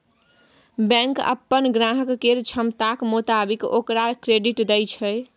bank अप्पन ग्राहक केर क्षमताक मोताबिक ओकरा क्रेडिट दय छै